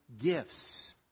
gifts